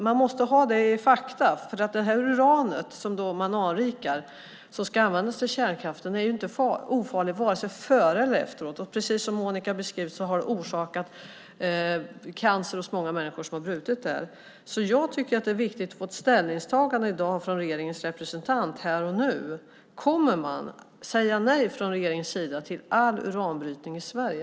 Man måste ha med sig dessa fakta, för det här uranet som man anrikar och som ska användas till kärnkraften är inte ofarligt vare sig innan eller efteråt. Precis som Monica beskrev har det orsakat cancer hos många människor som har brutit det. Jag tycker att det är viktigt att få ett ställningstagande från regeringens representant i dag, här och nu. Kommer regeringen att säga nej till all uranbrytning i Sverige?